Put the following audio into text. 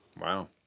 Wow